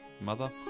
mother